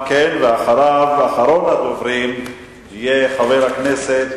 אחריו, אחרון הדוברים יהיה חבר הכנסת